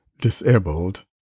disabled